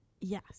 Yes